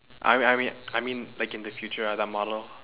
I mean I mean I mean like in the future like that model